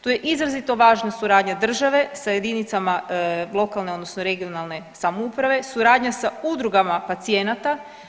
Tu je izrazito važna suradnja države sa jedinicama lokalne, odnosno regionalne samouprave, suradnja sa udrugama pacijenata.